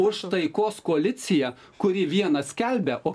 už taikos koaliciją kuri vieną skelbia o